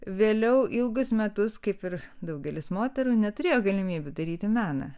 vėliau ilgus metus kaip ir daugelis moterų neturėjo galimybių daryti meną